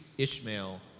Ishmael